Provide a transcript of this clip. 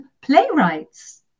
playwrights